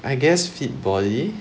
I guess fit body